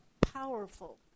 powerful